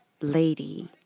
Lady